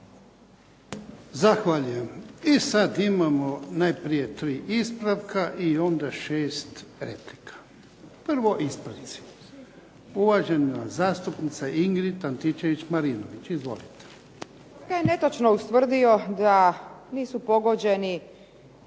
Zahvaljujem. I sad imamo najprije tri ispravka i onda šest replika. Prvo ispravci. Uvažena zastupnica Ingrid Antičević-Marinović. Izvolite. **Antičević Marinović,